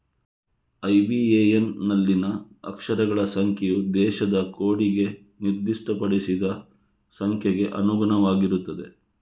IBAN ನಲ್ಲಿನ ಅಕ್ಷರಗಳ ಸಂಖ್ಯೆಯು ದೇಶದ ಕೋಡಿಗೆ ನಿರ್ದಿಷ್ಟಪಡಿಸಿದ ಸಂಖ್ಯೆಗೆ ಅನುಗುಣವಾಗಿರುತ್ತದೆ